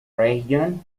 region